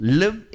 live